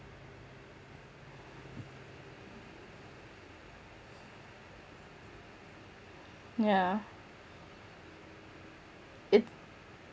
yeah it